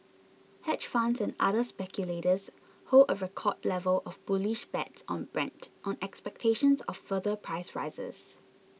hedge funds and other speculators hold a record level of bullish bets on Brent on expectations of further price rises